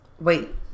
Wait